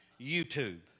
YouTube